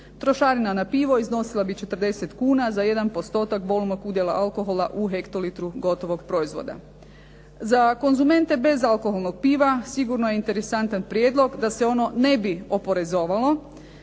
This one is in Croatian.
Trošarina na pivo iznosila bi 40 kn za jedan postotak volumnog udjela alkohola u hektolitru gotovog proizvoda. Za konzumente bezalkoholnog piva sigurno je interesantan prijedlog da se ono ne bi oporezovalo,